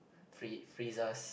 free~ freeze us